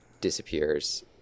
disappears